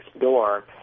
door